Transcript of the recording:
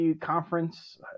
conference